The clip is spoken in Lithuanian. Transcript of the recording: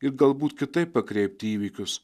ir galbūt kitaip pakreipti įvykius